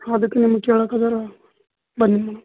ಅದಕ್ಕೆ ನಿಮ್ಗೆ ಕೇಳಾಕೆ ಅಂದಾರೆ ಬಂದೀನಿ ಮೇಡಮ್